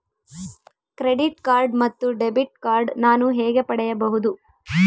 Credit card ಮತ್ತು debit card ನಾನು ಹೇಗೆ ಪಡೆಯಬಹುದು?